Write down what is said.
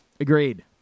Agreed